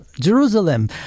Jerusalem